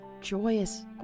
joyous